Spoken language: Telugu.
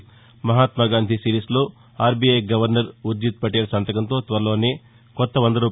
మహాత్నా గాంధీ సిరీస్లో ఆర్బీఐ గవర్నరు ఉర్ణిత్ పటేల్ సంతకంతో త్వరలోనే కొత్త రూ